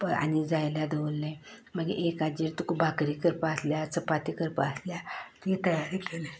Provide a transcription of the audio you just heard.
आनीक जाय जाल्यार दवरल्लें मागीर एकाचेर तुका भाकरी करपाक आसल्यार चपाती करपाक आसल्यार तुयेन तयारी केली